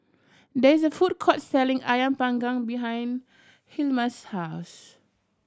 there is a food court selling Ayam Panggang behind Hilma's house